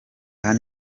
hano